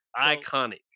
Iconic